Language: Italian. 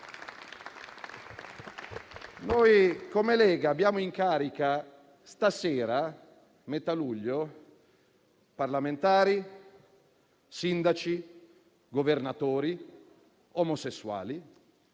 Noi, come Lega, abbiamo in carica stasera, a metà luglio, parlamentari, sindaci e governatori omosessuali;